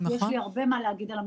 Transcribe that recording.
כי יש לי הרבה מה להגיד על המשטרה.